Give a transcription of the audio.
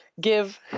Give